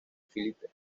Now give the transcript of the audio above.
philippe